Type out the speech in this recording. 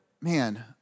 man